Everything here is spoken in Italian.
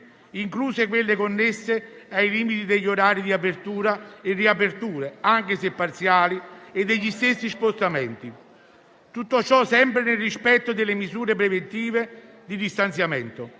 incluse quelle connesse ai limiti degli orari di apertura e riaperture, anche se parziali, e degli stessi spostamenti, tutto ciò sempre nel rispetto delle misure preventive di distanziamento.